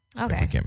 Okay